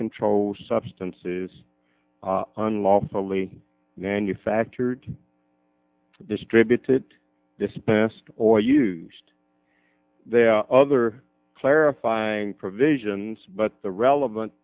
controlled substances on lawfully manufactured distributed this past or used there are other clarifying provisions but the relevant